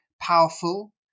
powerful